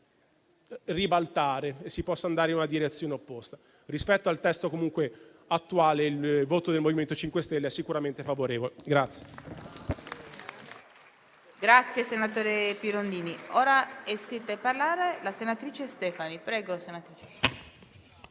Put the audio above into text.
ribaltare e che si possa andare in una direzione opposta. Rispetto al testo in esame, comunque, il voto del MoVimento 5 Stelle è sicuramente favorevole.